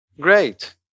Great